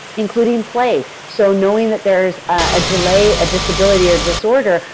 including play, so knowing that there is a delay, a disability, or disorder,